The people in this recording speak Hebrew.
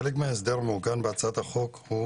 חלק מההסדר המעוגן בהצעת החוק הוא